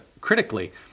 critically